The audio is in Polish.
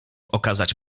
okazać